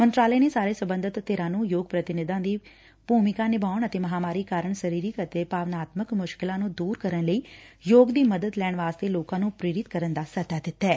ਮੰਤਰਾਲੇ ਨੇ ਸਾਰੇ ਸਬੰਧਤ ਧਿਰਾਂ ਨੂੰ ਯੋਗ ਪ੍ਰਤੀਨਿਧਾਂ ਦੀ ਭੂਮਿਕਾ ਨਿਭਾਉਣ ਅਤੇ ਮਹਾਂਮਾਰੀ ਕਾਰਨ ਸਰੀਰਕ ਅਤੇ ਭਾਵਨਾਤਮਕ ਮੁਸ਼ਕਿਲਾ ਨੂੰ ਦੂਰ ਕਰਨ ਲਈ ਯੋਗ ਦੀ ਮਦਦ ਲੈਣ ਵਾਸਤੇ ਪ੍ਰੇਰਿਤ ਕਰਨ ਦਾ ਸੱਦਾ ਦਿੱਤੈ